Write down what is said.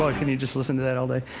like and you just listen to that all day?